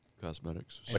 cosmetics